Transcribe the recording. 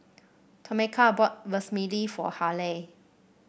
Tomeka bought Vermicelli for Halie